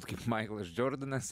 kaip maiklas džordanas